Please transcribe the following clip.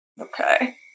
Okay